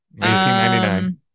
1999